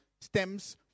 stems